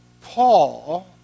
Paul